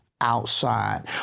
outside